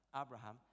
Abraham